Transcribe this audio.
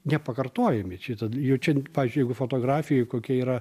nepakartojami šitą jau čia pavyzdžiui jeigu fotografijoj kokia yra